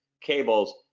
cables